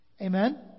Amen